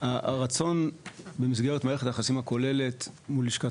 הרצון במסגרת מערכת היחסים הכוללת מול לשכת